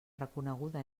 reconeguda